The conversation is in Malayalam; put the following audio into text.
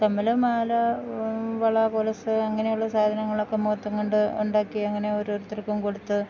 കമ്മല് മാല വള കൊലുസ് അങ്ങനെയുള്ള സാധനങ്ങളൊക്കെ മൊത്തം കൊണ്ട് ഉണ്ടാക്കി അങ്ങനെ ഓരോരുത്തർക്കും കൊടുത്ത്